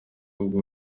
ubwo